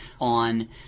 on